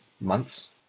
months